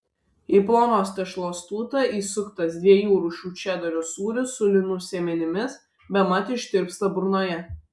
į plonos tešlos tūtą įsuktas dviejų rūšių čederio sūris su linų sėmenimis bemat ištirpsta burnoje